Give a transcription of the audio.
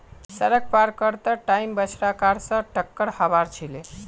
सड़क पार कर त टाइम बछड़ा कार स टककर हबार छिले